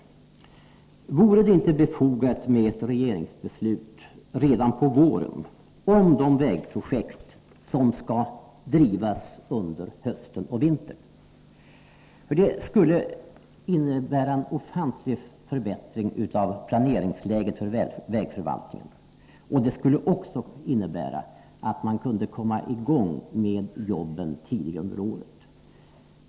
Vore det inte befogat med ett regeringsbeslut redan på våren beträffande de vägprojekt som skall drivas under hösten och vintern? Det skulle innebära en ofantlig förbättring av planeringsläget för vägförvaltningen, och det skulle också innebära att man kunde komma i gång med jobben tidigare under året.